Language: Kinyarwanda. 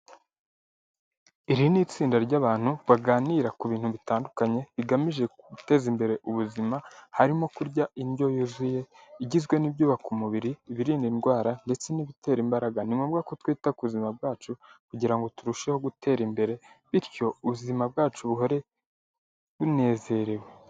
Iri ni itsinda ry'abantu baganira ku bintu bitandukanye bigamije guteza imbere ubuzima, harimo kurya indyo yuzuye, igizwe n'ibyubaka umubiri, ibirinda indwara ndetse n'ibitera imbaraga. Ni ngombwa ko twita ku buzima bwacu kugira ngo turusheho gutera imbere, bityo ubuzima bwacu buhore bunezerewe.